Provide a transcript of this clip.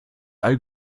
all